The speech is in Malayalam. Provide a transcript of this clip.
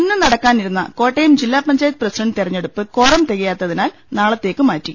ഇന്ന് നടക്കാനിരുന്ന കോട്ടയം ജില്ലാ പഞ്ചായത്ത് പ്രസിഡന്റ് തെരഞ്ഞെടുപ്പ് കോറം തികയാത്ത തിനാൽ നാളെത്തേക്ക് മാറ്റി